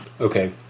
Okay